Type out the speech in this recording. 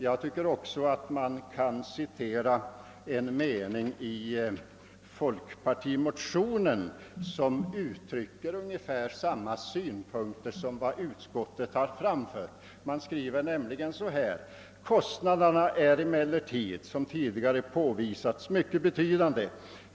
Man kan också citera en mening i folkpartimotionen, som uttrycker ungefär samma synpunkter som utskottet har framfört: »Kostnaderna är emellertid, som tidigare påvisats, mycket betydande.